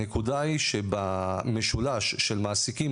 הנקודה היא שבמשולש של מעסיקים,